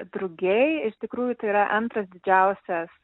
drugiai iš tikrųjų tai yra antras didžiausias